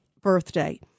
birthday